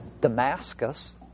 Damascus